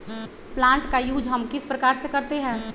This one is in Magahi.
प्लांट का यूज हम किस प्रकार से करते हैं?